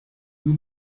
you